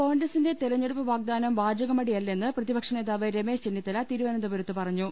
കോൺഗ്രസിന്റെ തെരഞ്ഞെടുപ്പ് വാഗ്ദാനം വാചകമടിയ ല്ലെന്ന് പ്രതിപക്ഷനേതാവ് രമേശ് ചെന്നിത്തല തിരുവനന്തപു രത്ത് പറഞ്ഞു